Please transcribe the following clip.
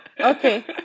okay